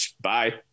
bye